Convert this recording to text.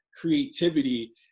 creativity